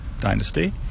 Dynasty